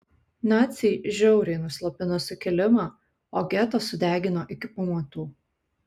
naciai žiauriai nuslopino sukilimą o getą sudegino iki pamatų